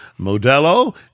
Modelo